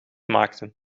maakten